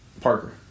Parker